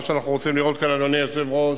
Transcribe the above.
מה שאנחנו רוצים לראות, אדוני היושב-ראש,